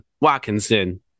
Watkinson